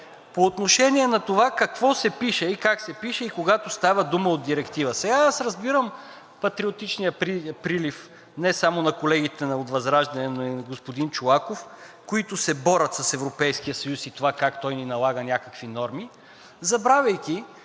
По отношение на това какво се пише и как се пише и когато става дума от директива. Сега аз разбирам патриотичния прилив не само на колегите от ВЪЗРАЖДАНЕ, но и на господин Чолаков, които се борят с Европейския съюз и това как той ни налага някакви норми, забравяйки,